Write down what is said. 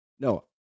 No